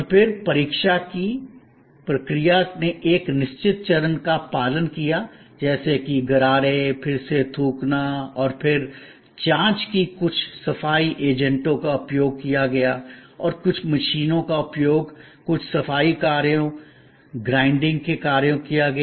और फिर परीक्षा की प्रक्रिया ने एक निश्चित चरण का पालन किया जैसे कि गरारे फिर से थूकना और फिर जांच की और कुछ सफाई एजेंटों का उपयोग किया गया और कुछ मशीनों का उपयोग कुछ सफाई कार्यों ग्राइंडिंग के कार्यों किया गया